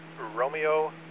Romeo